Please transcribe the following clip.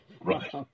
Right